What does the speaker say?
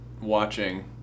watching